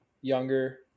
younger